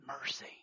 mercy